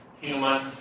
human